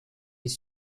les